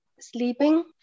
sleeping